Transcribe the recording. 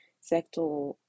sector